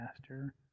master